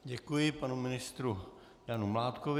Děkuji panu ministru Janu Mládkovi.